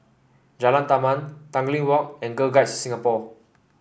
Jalan Taman Tanglin Walk and Girl Guides Singapore